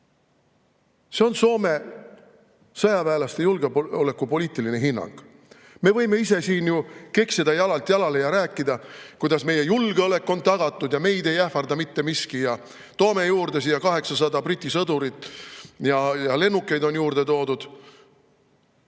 See on Soome sõjaväelaste julgeolekupoliitiline hinnang. Me võime ise siin ju keksida jalalt jalale ja rääkida, kuidas meie julgeolek on tagatud ja meid ei ähvarda mitte miski, me toome siia juurde 800 Briti sõdurit ja lennukeid on juurde toodud.